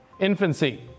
Infancy